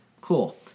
Cool